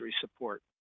support